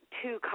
two